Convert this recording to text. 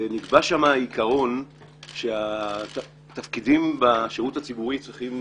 ונקבע שם העיקרון שהתפקידים בשירות הציבורי צריכים